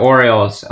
Orioles